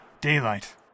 Daylight